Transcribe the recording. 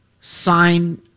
sign